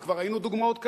וכבר ראינו דוגמאות כאלה,